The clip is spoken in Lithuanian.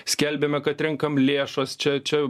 skelbiame kad renkam lėšas čia čia